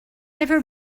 never